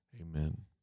Amen